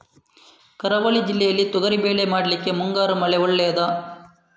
ಕರಾವಳಿ ಜಿಲ್ಲೆಯಲ್ಲಿ ತೊಗರಿಬೇಳೆ ಮಾಡ್ಲಿಕ್ಕೆ ಮುಂಗಾರು ಮಳೆ ಒಳ್ಳೆಯದ?